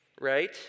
right